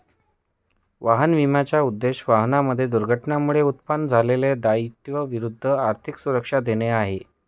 वाहन विम्याचा उद्देश, वाहनांमध्ये दुर्घटनेमुळे उत्पन्न झालेल्या दायित्वा विरुद्ध आर्थिक सुरक्षा देणे आहे